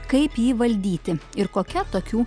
kaip jį valdyti ir kokia tokių